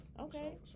Okay